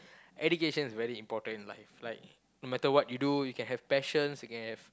education is very important in life like no matter what you do you can have passion you can have